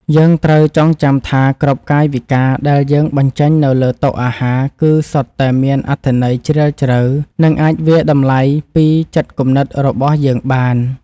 យើងត្រូវចងចាំថាគ្រប់កាយវិការដែលយើងបញ្ចេញនៅលើតុអាហារ គឺ សុទ្ធតែមានអត្ថន័យជ្រាលជ្រៅនិងអាចវាយតម្លៃពីចិត្តគំនិតរបស់យើងបាន។